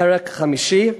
פרק חמישי,